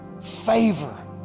Favor